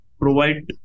provide